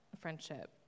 friendship